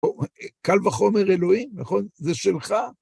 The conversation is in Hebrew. קל וחומר אלוהים, נכון? זה שלך.